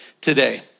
today